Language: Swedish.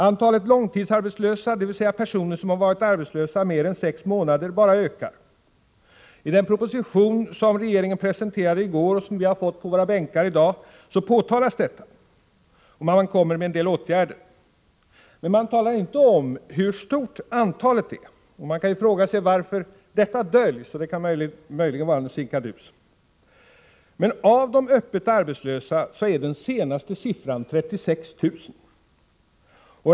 Antalet långtidsarbetslösa, dvs. personer som har varit arbetslösa mer än 6 månader, bara ökar. I den proposition som regeringen presenterade i går och som vi i dag har fått på våra bänkar påtalas detta och föreslås en del åtgärder. Men man talar inte om hur stort antalet är. Man kan fråga: Varför döljs detta? Det kan möjligen vara en sinkadus. När det gäller öppet arbetslösa är det senaste antalet 36 000.